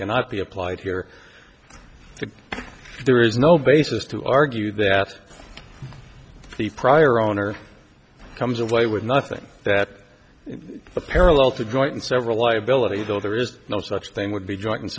cannot be applied here there is no basis to argue that the prior owner comes away with nothing that the parallel to joint and several liability though there is no such thing would be joint and